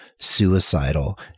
suicidal